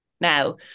now